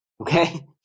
Okay